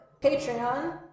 patreon